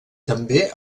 també